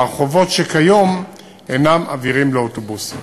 ברחובות שכיום אינם עבירים לאוטובוסים.